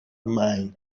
mine